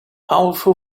powerful